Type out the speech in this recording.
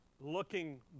looking